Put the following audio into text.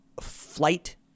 flight